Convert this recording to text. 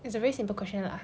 it's a very simple question lah